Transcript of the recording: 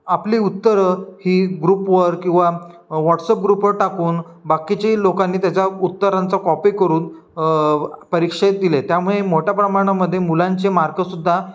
आपली उत्तरं ही ग्रुपवर किंवा वॉट्सअप ग्रुपवर टाकून बाकीची लोकांनी त्याचा उत्तरांचा कॉपी करून परीक्षेत दिले त्यामुळे मोठ्या प्रमाणामध्ये मुलांचे मार्कसुद्धा